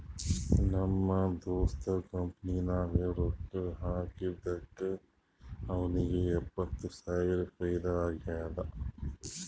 ನಮ್ ದೋಸ್ತ್ ಕಂಪನಿ ನಾಗ್ ರೊಕ್ಕಾ ಹಾಕಿದ್ದುಕ್ ಅವ್ನಿಗ ಎಪ್ಪತ್ತ್ ಸಾವಿರ ಫೈದಾ ಆಗ್ಯಾದ್